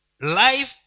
Life